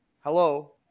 hello